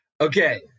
Okay